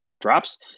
drops